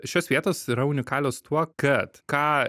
šios vietos yra unikalios tuo kad ką